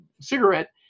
cigarette